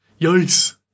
yikes